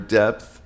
depth